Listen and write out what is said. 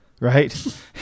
right